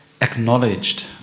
acknowledged